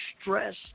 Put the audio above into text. stress